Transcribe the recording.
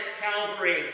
Calvary